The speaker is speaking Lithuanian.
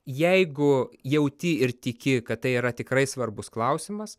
jeigu jauti ir tiki kad tai yra tikrai svarbus klausimas